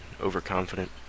overconfident